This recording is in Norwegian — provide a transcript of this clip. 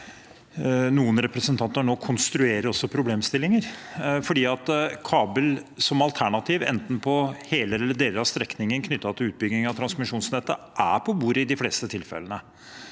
noen representanter nå konstruerer problemstillinger, for kabel som alternativ, enten på hele eller deler av strekningen knyttet til utbygging av transmisjonsnettet, er på bordet i de fleste tilfellene.